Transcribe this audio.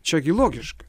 čia gi logiška